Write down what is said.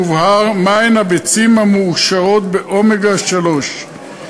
מובהר מהן ביצים המעושרות באומגה 3,